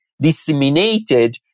disseminated